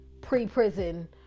pre-prison